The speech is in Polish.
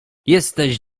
jesteś